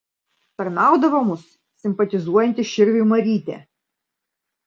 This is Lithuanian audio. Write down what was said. aptarnaudavo mus simpatizuojanti širviui marytė